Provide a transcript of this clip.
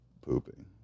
pooping